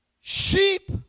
sheep